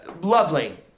lovely